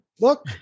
look